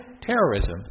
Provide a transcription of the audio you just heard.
terrorism